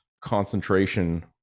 concentration